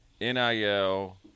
NIL